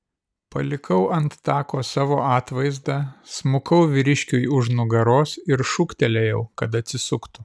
palikau ant tako savo atvaizdą smukau vyriškiui už nugaros ir šūktelėjau kad atsisuktų